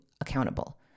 accountable